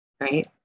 right